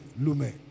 Lume